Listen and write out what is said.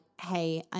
hey